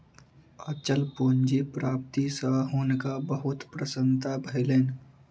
अचल पूंजी प्राप्ति सॅ हुनका बहुत प्रसन्नता भेलैन